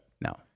No